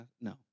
No